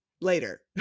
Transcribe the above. later